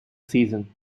season